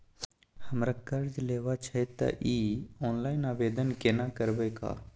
हमरा कर्ज लेबा छै त इ ऑनलाइन आवेदन केना करबै?